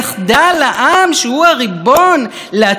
לעצב את הסדריו באמצעות נציגיו",